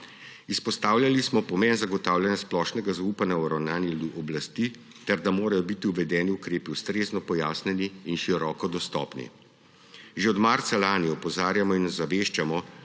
Izpostavljali smo pomen zagotavljanja splošnega zaupanja v ravnanje oblasti ter da morajo biti uvedeni ukrepi ustrezno pojasnjeni in široko dostopni. Že od marca lani opozarjamo in ozaveščamo,